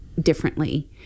differently